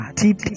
deep